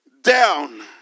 down